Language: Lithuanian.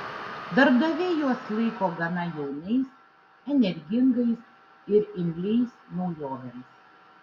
darbdaviai juos laiko gana jaunais energingais ir imliais naujovėms